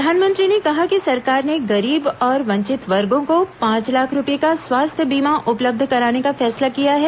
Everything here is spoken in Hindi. प्रधानमंत्री ने कहा कि सरकार ने गरीब और वंचित वर्गो को पांच लाख रूपये का स्वास्थ्य बीमा उपलब्ध कराने का फैसला किया है